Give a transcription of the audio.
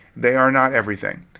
they are not everything.